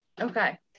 okay